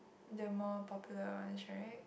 the more popular ones right